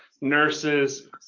nurses